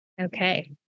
Okay